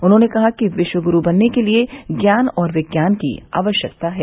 उन्होंने कहा कि विश्व गुरू बनने के लिए ज्ञान और विज्ञान की आवश्यकता है